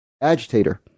agitator